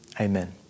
Amen